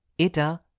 ita